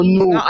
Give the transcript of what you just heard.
no